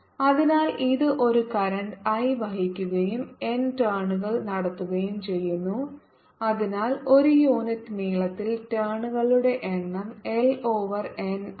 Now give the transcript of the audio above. അതിനാൽ ഇത് ഒരു കറന്റ് I വഹിക്കുകയും N ടേണുകൾ നടത്തുകയും ചെയ്യുന്നു അതിനാൽ ഒരു യൂണിറ്റ് നീളത്തിൽ ടേണുകളുടെ എണ്ണം L ഓവർ N ആണ്